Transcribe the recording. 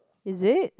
is it